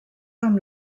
amb